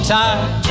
time